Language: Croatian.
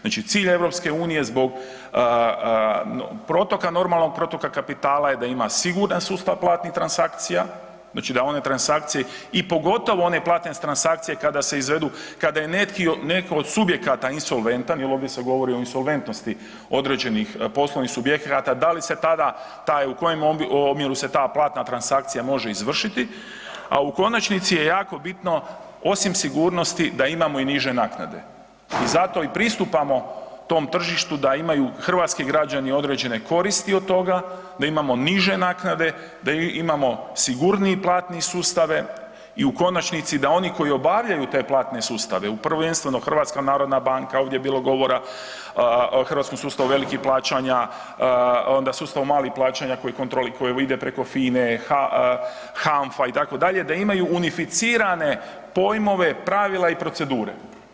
Znači cilj EU zbog protoka normalnog, protoka kapitala je da ima siguran sustav platnih transakcija, znači da one transakcije, i pogotovo one platne transakcije kada se izvedu, kada je netko od subjekata insolventan jer ovdje se govori o insolventnosti određenih poslovnih subjekata, da li se tada taj, u kojem omjeru se ta platna transakcija može izvršiti, a u konačnici je jako bitno, osim sigurnosti, da imamo i niže naknade i zato i pristupamo tom tržištu da imaju hrvatski građani određene koristi od toga, da imamo niže naknade, da imamo sigurniji platni sustave, i u konačnici, da oni koji obavljaju te platne sustave, prvenstveno HNB, ovdje je bilo govora o hrvatskom sustavu velikih plaćanja, onda sustavu malih plaćanja koji .../nerazumljivo/... koji ide preko FINA-e, HANFA, itd., da imaju unificirane pojmove, pravila i procedure.